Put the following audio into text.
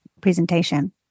presentation